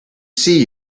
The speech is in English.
see